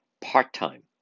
part-time